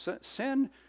sin